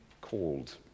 called